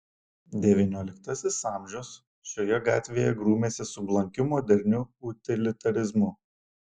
devynioliktasis amžius šioje gatvėje grūmėsi su blankiu moderniu utilitarizmu